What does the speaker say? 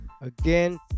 Again